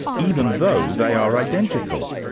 even though they are identical,